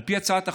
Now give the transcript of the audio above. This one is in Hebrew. על פי הצעת החוק,